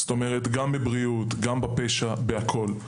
זאת אומרת גם בבריאות, גם בפשע בכול.